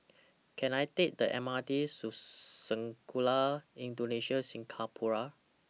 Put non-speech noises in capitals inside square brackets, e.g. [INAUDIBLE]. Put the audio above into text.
Can I Take The M R T [UNINTELLIGIBLE] Sekolah Indonesia Singapura